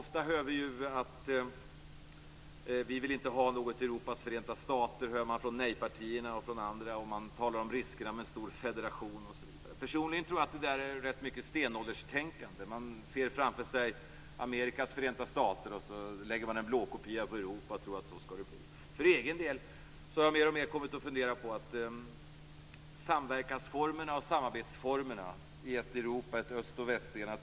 Vi hör ofta från nej-partierna och från andra håll att man inte vill ha ett Europas förenta stater, att det är riskabelt med en stor federation osv. Personligen tror jag att det där är rätt mycket av stenålderstänkande. Man ser framför sig Amerikas förenta stater, lägger en blåkopia av dem över Europa och tror att det är så det skall bli. För egen del har jag mer och mer funderat över samverkans och samarbetsformerna i ett Europa uppdelat mellan öst och väst.